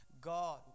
God